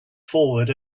forward